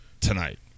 tonight